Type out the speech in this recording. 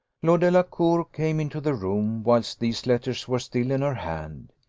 lord delacour came into the room whilst these letters were still in her hand.